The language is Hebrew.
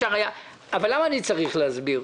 אבל למה אני צריך להסביר?